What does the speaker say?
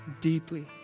deeply